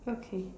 okay